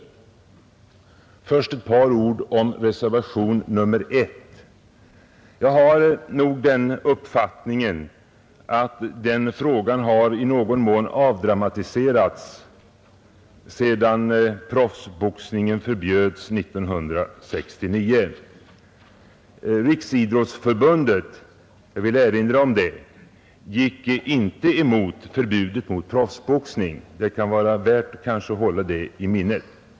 Först ett par ord om reservationen 1. Jag har den uppfattningen att denna fråga i någon mån har avdramatiserats sedan proffsboxningen förbjöds 1969. Jag vill erinra om att Riksidrottsförbundet inte gick emot förbudet mot proffsboxning. Det kan vara värt att hålla den saken i minnet.